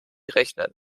rechnen